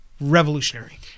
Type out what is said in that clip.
revolutionary